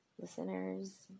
listeners